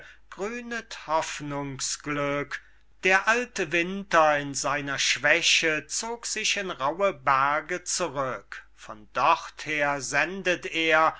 hoffnungs glück der alte winter in seiner schwäche zog sich in rauhe berge zurück von dorther sendet er